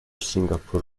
singapore